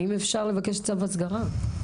האם אפשר לבקש צו הסגרה?